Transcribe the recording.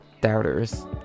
doubters